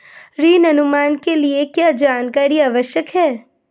ऋण अनुमान के लिए क्या जानकारी आवश्यक है?